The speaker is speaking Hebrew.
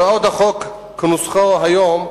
הוראות החוק כנוסחו היום,